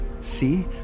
see